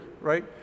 right